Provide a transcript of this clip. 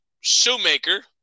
Shoemaker